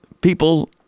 people